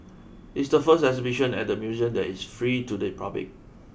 it's the first exhibition at the museum that is free to the public